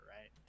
right